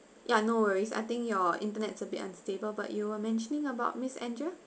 ya no worries I think your internet is a bit unstable but you were mentioning about miss andrea